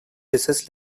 desist